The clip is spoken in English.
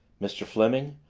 mr. fleming,